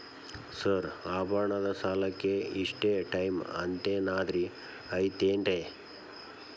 Sir ಆಭರಣದ ಸಾಲಕ್ಕೆ ಇಷ್ಟೇ ಟೈಮ್ ಅಂತೆನಾದ್ರಿ ಐತೇನ್ರೇ?